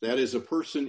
that is a person